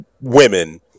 women